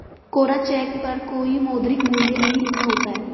कोरा cheque पर कोई मौद्रिक मूल्य नहीं लिखा होता है